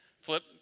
Flip